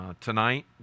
tonight